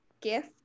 gift